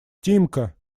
тимка